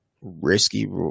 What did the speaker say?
risky